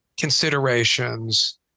considerations